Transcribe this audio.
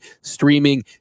streaming